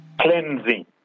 cleansing